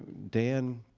dan